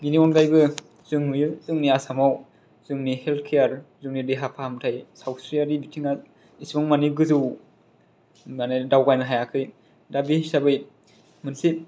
बेनि अनगायैबो जों नुयो जोंनि आसामाव जोंनि हेल्ट केयार जोंंनि देहा फाहामथाय सावस्रिआरि बिथिङा एसेबांमानि गोजौ होननानै दावगायनो हायाखै दा बे हिसाबै मोनसे